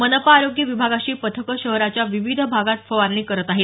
मनपा आरोग्य विभागाची पथकं शहराच्या विविध भागात फवारणी करत आहेत